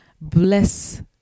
bless